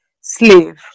slave